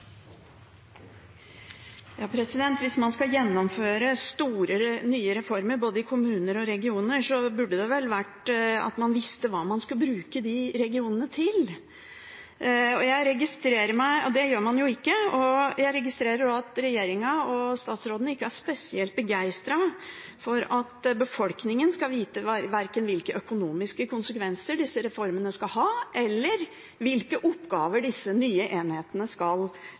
Hvis man skal gjennomføre store, nye reformer både i kommuner og i regioner, burde det vel vært slik at man visste hva man skulle bruke de regionene til. Det gjør man jo ikke. Jeg registrerer også at regjeringen og statsråden ikke er spesielt begeistret for at befolkningen skal vite verken hvilke økonomiske konsekvenser disse reformene vil få, eller hvilke oppgaver disse nye enhetene skal ha ansvaret for. De er heller ikke spesielt begeistret for at befolkningen skal